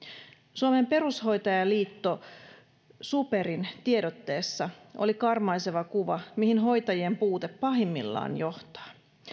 suomen perushoitajaliitto superin tiedotteessa oli karmaiseva kuva mihin hoitajien puute pahimmillaan johtaa